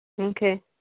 Okay